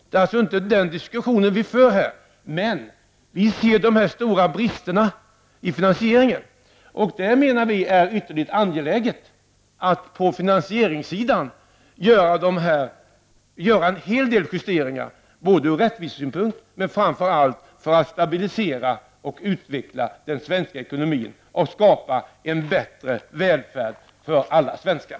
Det är alltså inte den diskussionen vi för här. Vi ser de stora bristerna i finansieringen, och vi menar att det är ytterligt angeläget att på finansieringssidan göra en hel del justeringar, bl.a. ur rättvisesynpunkt, men framför allt för att stabilisera och utveckla den svenska ekonomin och skapa en bättre välfärd för alla svenskar.